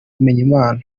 bimenyimana